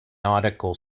nautical